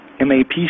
MAP